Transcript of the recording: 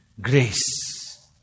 grace